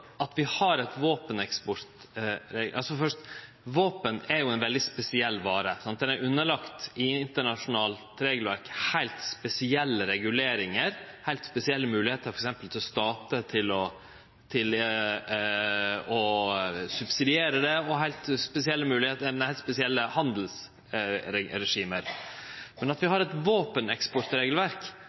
som vi har vedteke her i Stortinget, vert følgde av norske eigarar. Våpen er ei veldig spesiell vare, som i internasjonalt regelverk er underlagd heilt spesielle reguleringar, heilt spesielle moglegheiter f.eks. for statar til å subsidiere det, og heilt spesielle handelsregime. Men grunngjevinga for at vi har eit våpeneksportregelverk,